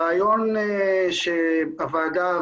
הרעיון שהוועדה,